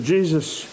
Jesus